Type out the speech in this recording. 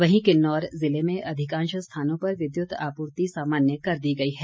वहीं किन्नौर जिले में अधिकांश स्थानों पर विद्युत आपूर्ति सामान्य कर दी गई है